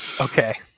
Okay